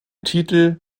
titel